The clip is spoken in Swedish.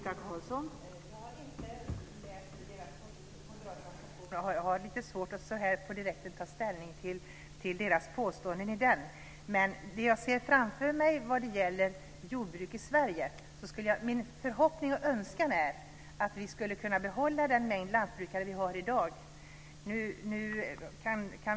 Fru talman! Jag har inte läst deras motioner, och jag har lite svårt att så här direkt ta ställning till deras påståenden. Men min förhoppning och önskan vad gäller jordbruket i Sverige är att vi ska kunna behålla det antal lantbrukare som vi i dag har.